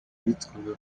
yitwaga